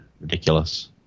Ridiculous